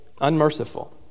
Unmerciful